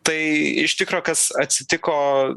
tai iš tikro kas atsitiko